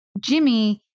Jimmy